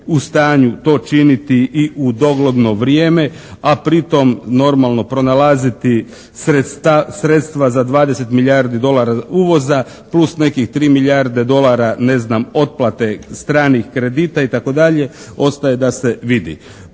u stanju to činiti i u dogledno vrijeme, a pritom normalno pronalaziti sredstva za 20 milijardi dolara uvoza plus nekih 3 milijarde dolara ne znam otplate stranih kredita itd. ostaje da se vidi.